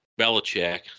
Belichick